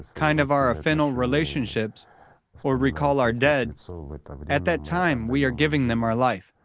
kind of our affinal relationships or recall our dead, so at that time we are giving them our life.